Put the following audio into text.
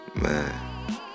Man